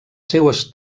seues